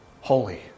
holy